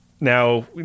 now